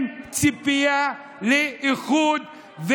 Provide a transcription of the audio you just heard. עם ציפייה לאיחוד,